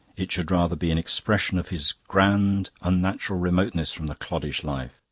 it should rather be an expression of his grand unnatural remoteness from the cloddish life.